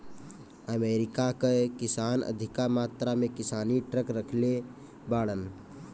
America कअ किसान अधिका मात्रा में किसानी ट्रक रखले बाड़न